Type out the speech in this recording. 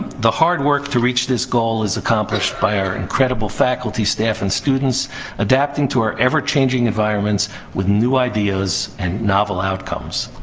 the hard work to reach this goal is accomplished by our incredible faculty, staff, and students adapting to our ever changing environments with new ideas and novel outcomes.